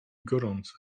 gorące